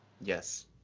Yes